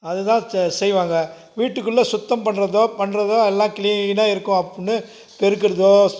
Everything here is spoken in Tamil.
அதை தான் செய்வாங்க வீட்டுக்குள்ளே சுத்தம் பண்ணுறதோ பண்ணுறதோ எல்லாம் கிளீனாக இருக்கும் அப்புடினு பெருக்கிறதோ